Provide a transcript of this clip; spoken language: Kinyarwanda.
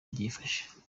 byifashe